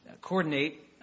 coordinate